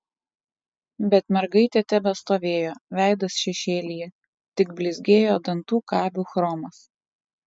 bet mergaitė tebestovėjo veidas šešėlyje tik blizgėjo dantų kabių chromas